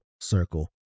circle